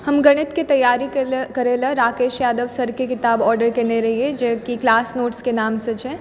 हम गणितके तैयारी करै लए राकेश यादव सरके किताब ऑर्डर केने रहिए जेकि क्लास नोट्स नोट्सके नामसँ छै